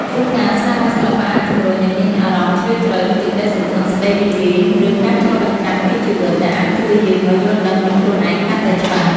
ជួនកាល ស្នាដៃសិល្បៈអាចជំរុញឲ្យមានអារម្មណ៍ជ្រាលជ្រៅ ដូចជាក្តីសង្ឃឹម សេចក្តីរីករាយ ឬការឆ្លុះបញ្ចាំងពីជីវិត ដែលអាចជួយយើងឲ្យយល់ដឹងពីខ្លួនឯងកាន់តែច្បាស់។